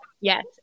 Yes